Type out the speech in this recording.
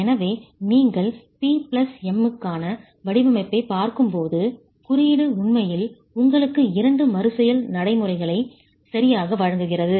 எனவே நீங்கள் P plus M க்கான வடிவமைப்பைப் பார்க்கும்போது குறியீடு உண்மையில் உங்களுக்கு இரண்டு மறுசெயல் நடைமுறைகளை சரியாக வழங்குகிறது